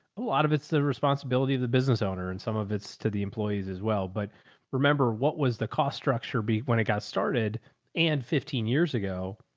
a lot of it's the responsibility of the business owner and some of it's to the employees as well. but remember, what was the cost structure beat when it got started and fifteen years ago,